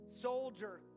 Soldier